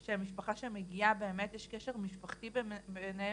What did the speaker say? שלמשפחה שמגיעה באמת יש קשר משפחתי ביניהם,